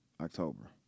October